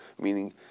Meaning